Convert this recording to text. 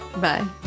Bye